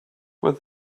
with